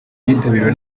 byitabiriwe